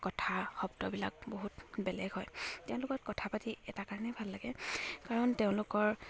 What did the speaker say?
কথা শব্দবিলাক বহুত বেলেগ হয় তেওঁৰ লগত কথা পাতি এটা কাৰণেই ভাল লাগে কাৰণ তেওঁলোকৰ